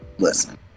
Listen